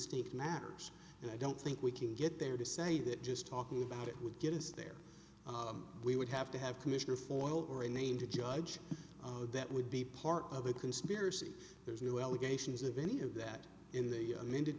t matters and i don't think we can get there to say that just talking about it would get us there we would have to have commissioner for oil or a name to judge that would be part of a conspiracy there's no allegations of any of that in the amended